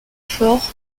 forts